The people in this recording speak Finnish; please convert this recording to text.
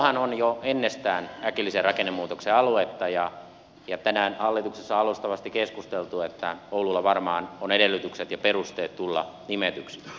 salohan on jo ennestään äkillisen rakennemuutoksen aluetta ja tänään hallituksessa on alustavasti keskusteltu että oululla varmaan on edellytykset ja perusteet tulla nimetyksi